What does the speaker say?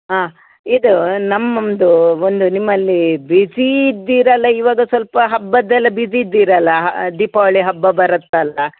ಹಾಂ ಇದು ನಮ್ಮ ನಮ್ಮದು ಒಂದು ನಿಮ್ಮಲ್ಲಿ ಬ್ಯುಸಿ ಇದ್ದೀರಲ್ಲ ಇವಾಗ ಸ್ವಲ್ಪ ಹಬ್ಬದ್ದೆಲ್ಲ ಬ್ಯುಸಿ ಇದ್ದೀರಲ್ಲ ದೀಪಾವಳಿ ಹಬ್ಬ ಬರುತ್ತಲ್ಲ